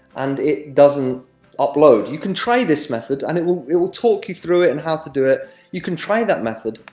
and it doesn't upload. you can try this method, and it will it will talk you through it, and how to do it you can try that method,